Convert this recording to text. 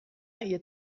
ihr